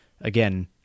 again